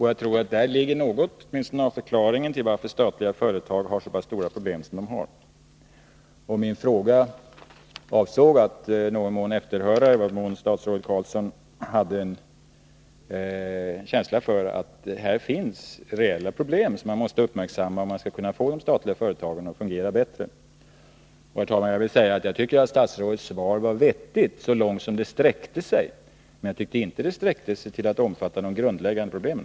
Jag tror att man där kan finna åtminstone något av förklaringen till att statliga företag har så pass stora problem som de har. Min fråga avsåg att i viss utsträckning efterhöra i vad mån statsrådet Carlsson hade en känsla för att här finns reella problem, som man måste uppmärksamma, om man skall kunna få de statliga företagen att fungera bättre. Herr talman! Jag tycker att statsrådets svar var vettigt så långt som det sträckte sig, men jag tyckte inte att det sträckte sig till att omfatta de Nr 64 grundläggande problemen.